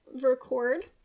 record